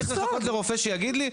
אני צריך לחכות לרופא שיגיד לי?